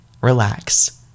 relax